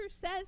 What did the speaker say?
says